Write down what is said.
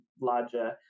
larger